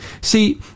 See